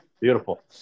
beautiful